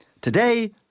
Today